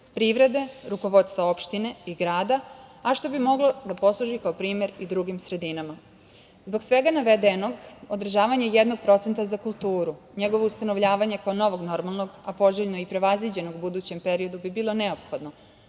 privrede, rukovodstvo opštine i grada, a što bi moglo da posluži kao primer i drugim sredinama. Zbog navedenog održavanje jednog procenta za kulturu, njegovo ustanovljavanje kao novog normalnog, a poželjno i prevaziđenog u budućem periodu bi bilo neophodno